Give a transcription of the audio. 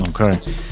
Okay